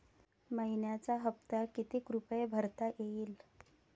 मइन्याचा हप्ता कितीक रुपये भरता येईल?